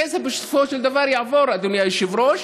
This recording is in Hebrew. הכסף בסופו של דבר יעבור, אדוני היושב-ראש,